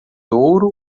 ouro